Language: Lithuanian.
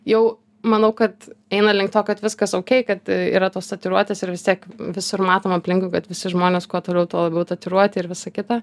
jau manau kad eina link to kad viskas okei kad yra tos tatuiruotės ir vis tiek visur matom aplinkui kad visi žmonės kuo toliau tuo labiau tatuiruoti ir visa kita